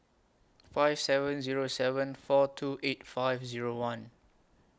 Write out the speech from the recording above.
five seven Zero seven four two eight five Zero one